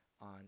on